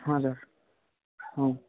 ହଁ ସାର୍ ହଁ